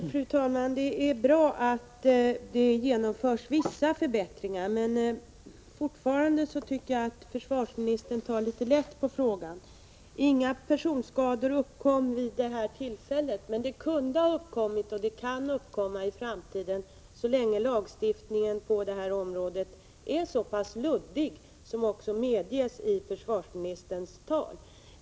Fru talman! Det är bra att det genomförs vissa förbättringar, men fortfarande tycker jag att försvarsministern tar litet för lätt på frågan. Inga personskador uppkom vid det aktuella tillfället, men de kunde ha uppkommit, och de kan uppkomma i framtiden, så länge lagstiftningen på detta område är så pass luddig som också medges i försvarsministerns svar.